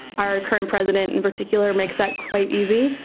our current president in particular makes that quite easy.